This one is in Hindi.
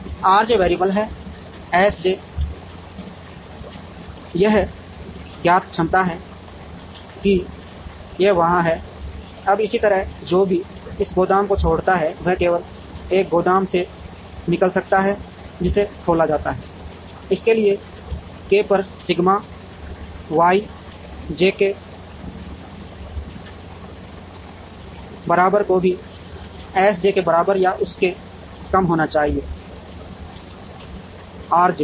R j variable S j है यह ज्ञात क्षमता है कि यह वहाँ है अब इसी तरह जो भी इस गोदाम को छोड़ता है वह केवल एक गोदाम से निकल सकता है जिसे खोला जाता है इसलिए k पर sigma Y jk summed को भी S j के बराबर या उससे कम होना चाहिए आर जे